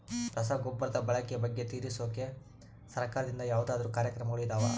ರಸಗೊಬ್ಬರದ ಬಳಕೆ ಬಗ್ಗೆ ತಿಳಿಸೊಕೆ ಸರಕಾರದಿಂದ ಯಾವದಾದ್ರು ಕಾರ್ಯಕ್ರಮಗಳು ಇದಾವ?